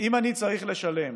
אם צריך לשלם